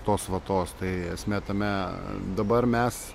tos vatos tai esmė tame dabar mes